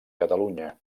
catalunya